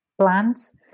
plants